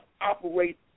operate